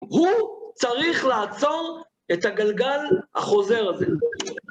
הוא צריך לעצור את הגלגל החוזר הזה.